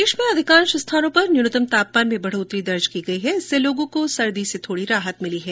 प्रदेश में अधिकांश स्थानों पर न्यूनतम तापमान में बढ़ोतरी दर्ज की गई है इससे लोगों को सर्दी से थोडी राहत मिली है